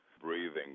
breathing